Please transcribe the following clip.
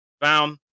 found